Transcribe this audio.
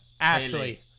Ashley